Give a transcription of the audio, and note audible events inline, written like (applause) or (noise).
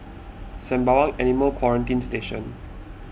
(noise) Sembawang Animal Quarantine Station